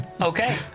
Okay